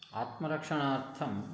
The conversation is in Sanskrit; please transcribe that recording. आत्मरक्षणार्थम्